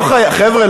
חבר'ה,